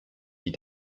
die